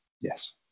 yes